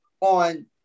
on